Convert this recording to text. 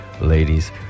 ladies